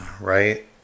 right